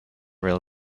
rail